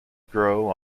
grow